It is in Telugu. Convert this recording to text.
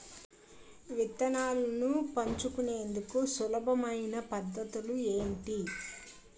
విత్తనాలను ఎంచుకునేందుకు సులభమైన పద్ధతులు ఏంటి?